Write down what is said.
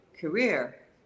career